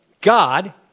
God